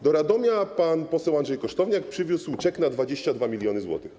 Do Radomia pan poseł Andrzej Kosztowniak przywiózł czek na 22 mln zł.